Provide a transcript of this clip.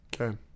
Okay